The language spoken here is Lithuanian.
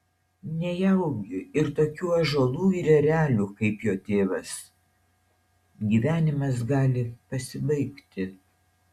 nejaugi ir tokių ąžuolų ir erelių kaip jo tėvas gyvenimas gali pasibaigti